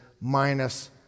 minus